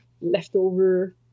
leftover